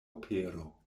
opero